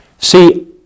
See